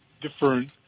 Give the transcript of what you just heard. different